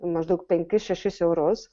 maždaug penkis šešis eurus